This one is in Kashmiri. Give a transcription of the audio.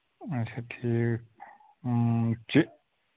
اَچھا ٹھیٖک چہِ